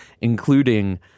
including